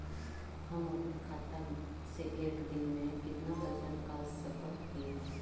हम अपन खाता से एक दिन में कितना पैसा निकाल सक हिय?